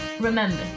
Remember